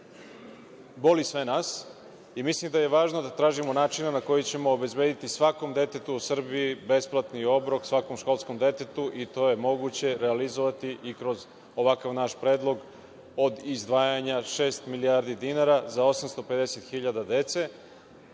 boli sve nas i mislim da je važno da tražimo načine na koje ćemo obezbediti svakom detetu u Srbiji besplatni obrok, svakom školskom detetu, i to je moguće realizovati i kroz ovakav naš predlog od izdvajanja šest milijardi dinara za 850.000 dece,